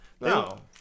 no